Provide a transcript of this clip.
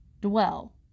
Dwell